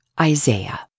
Isaiah